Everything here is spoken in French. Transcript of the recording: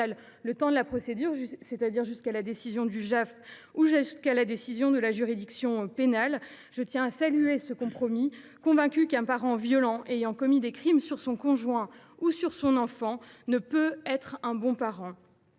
le temps de la procédure, c’est à dire jusqu’à la décision du JAF ou celle de la juridiction pénale. Je tiens à saluer ce compromis, convaincue qu’un parent violent ayant commis des crimes sur son conjoint ou sur son enfant ne peut être un bon parent.